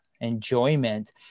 enjoyment